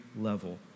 level